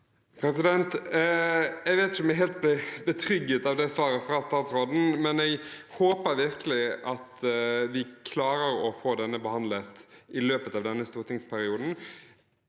Jeg vet ikke om jeg ble helt betrygget av svaret fra statsråden, men jeg håper virkelig at vi klarer å få saken behandlet i løpet av denne stortingsperioden,